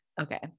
okay